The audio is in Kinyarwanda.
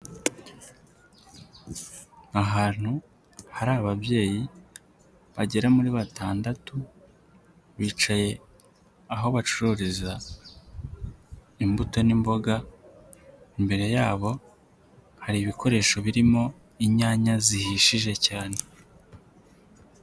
Ahantu hari ababyeyi bagera muri batandatu, bicaye aho bacururiza imbuto n'imboga, imbere yabo hari ibikoresho birimo inyanya zihishije cyane.